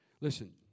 Listen